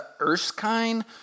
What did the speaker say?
Erskine